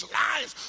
lives